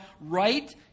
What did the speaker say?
right